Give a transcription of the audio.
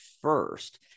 first